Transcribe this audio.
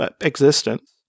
existence